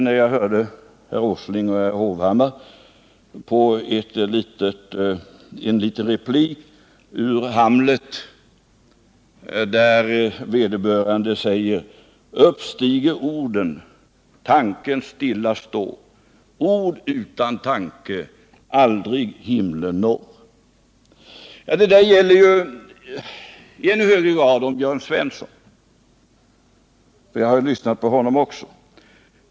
När jag hörde herr Åsling och även herr Hovhammar kom jag att tänka på ett par rader ur Hamlet: ”Upp flyga orden, tanken stilla står, Ord utan tanke aldrig himlen når.” Och detta gäller i än högre grad om Jörn Svensson. Jag lyssnade på honom också.